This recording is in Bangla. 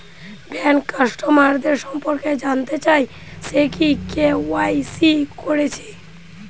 ব্যাংক কাস্টমারদের সম্পর্কে জানতে চাই সে কি কে.ওয়াই.সি কোরেছে